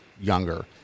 younger